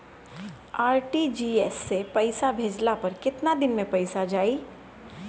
RTGS से पईसा भेजला पर केतना दिन मे पईसा जाई?